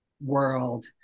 world